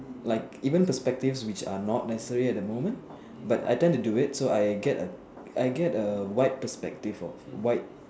like even perspective which are not necessary at the moment but I tend to do it I get a I get a wide perspective of wide